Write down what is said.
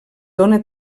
dóna